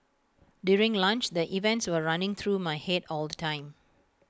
during lunch the events were running through my Head all the time